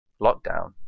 lockdown